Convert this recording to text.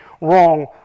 wrong